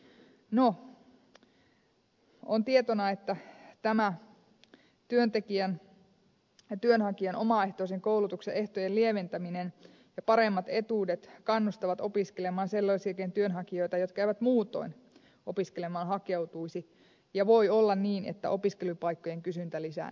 no on tietona että tämä työnhakijan omaehtoisen koulutuksen ehtojen lieventäminen ja paremmat etuudet kannustavat opiskelemaan sellaisiakin työnhakijoita jotka eivät muutoin opiskelemaan hakeutuisi ja voi olla niin että opiskelupaikkojen kysyntä lisääntyy